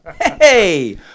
Hey